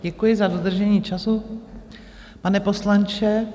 Děkuji za dodržení času, pane poslanče.